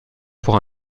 pour